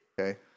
okay